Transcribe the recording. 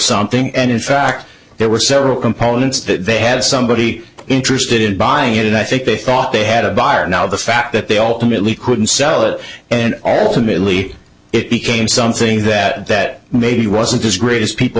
something and in fact there were several components that they had somebody interested in buying it and i think they thought they had a buyer now the fact that they all to me at least couldn't sell it and all similarly it became something that that maybe wasn't as great as people